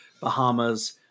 Bahamas